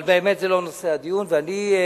אבל זה באמת לא נושא הדיון, ואני,